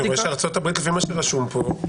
לפי מה שרשום פה,